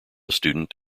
student